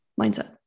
mindset